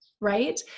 Right